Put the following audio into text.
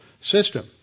system